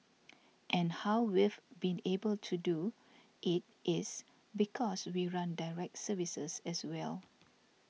and how we've been able to do it is because we run direct services as well